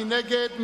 מי נגד?